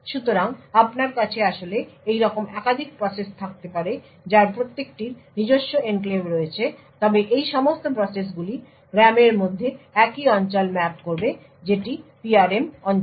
সুতরাং আপনার কাছে আসলে এইরকম একাধিক প্রসেস থাকতে পারে যার প্রত্যেকটির নিজস্ব এনক্লেভ রয়েছে তবে এই সমস্ত প্রসেসগুলি RAM এর মধ্যে একই অঞ্চল ম্যাপ করবে যেটি PRM অঞ্চল